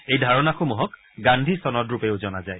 এই ধাৰণাসমূহক গান্ধী চনদৰূপেও জনা যায়